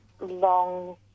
long